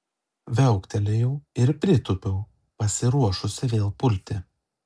viauktelėjau ir pritūpiau pasiruošusi vėl pulti